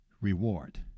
reward